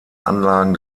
anlagen